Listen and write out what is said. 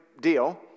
deal